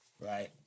right